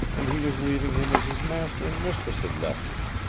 and he was leaving him as his master and mistress had left him.